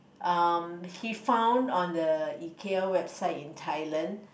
um he found on the Ikea website in Thailand